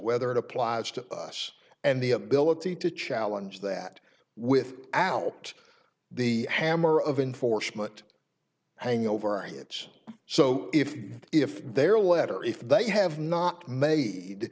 whether it applies to us and the ability to challenge that with out the hammer of enforcement hanging over our heads so if if their letter if they have not made